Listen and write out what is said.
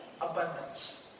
abundance